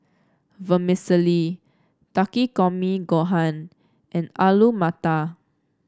Vermicelli Takikomi Gohan and Alu Matar